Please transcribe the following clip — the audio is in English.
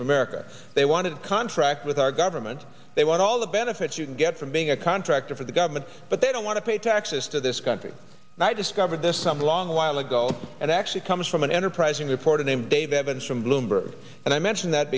of america they want to contract with our government they want all the benefits you can get from being a contractor for the government but they don't want to pay taxes to this country and i discovered this some long while ago and actually comes from an enterprising reporter named dave evans from bloomberg and i mention that